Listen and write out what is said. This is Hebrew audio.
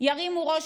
החיזבאללה ירים ראש.